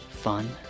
Fun